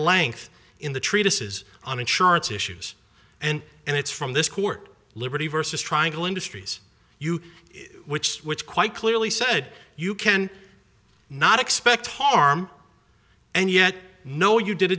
length in the treatises on insurance issues and and it's from this court liberty versus triangle industries you which which quite clearly said you can not expect harm and yet know you did